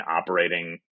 operating